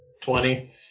twenty